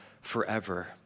forever